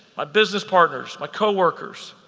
my business partners, my coworkers.